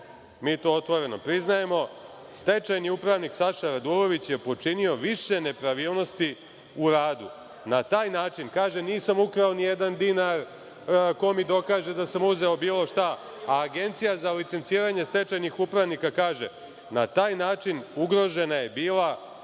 mi to otvoreno priznajemo, stečajni upravnik Saša Radulović je počinio više nepravilnosti u radu. Na taj način kaže – nisam ukrao ni jedan dinar, ko mi dokaže da sam uzeo bilo šta, a Agencija za licenciranje stečajnih upravnika kaže – na taj način ugrožena je bila